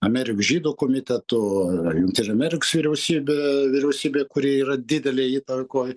ameriko žydų komitetu jungtinių ameriks vyriausybe vyriausybė kuri yra didelėj įtakoj